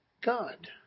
God